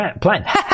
plan